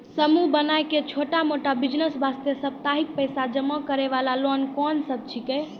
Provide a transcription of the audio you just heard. समूह बनाय के छोटा मोटा बिज़नेस वास्ते साप्ताहिक पैसा जमा करे वाला लोन कोंन सब छीके?